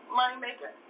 moneymaker